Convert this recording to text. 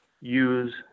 use